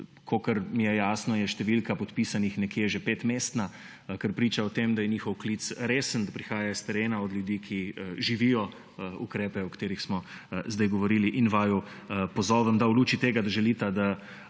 Kakor mi je jasno, je številka podpisanih nekje že petmestna, kar priča o tem, da je njihov klic resen, da prihaja s terena od ljudi, ki živijo ukrepe, o katerih smo zdaj govorili. In vaju pozovem, da v luči tega, da želita, da